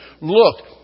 look